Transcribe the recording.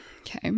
Okay